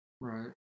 Right